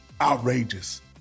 outrageous